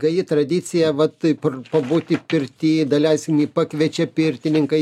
gaji tradicija va taip ir pabūti pirty daleiskim jei pakviečia pirtininkai